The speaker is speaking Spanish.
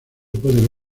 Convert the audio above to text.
puede